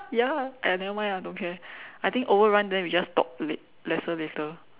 ya !aiya! nevermind ah don't care I think overrun then we just talk le~ lesser later